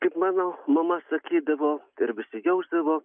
kaip mano mama sakydavo ir visi jausdavo